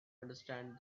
understand